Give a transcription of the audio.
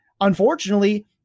unfortunately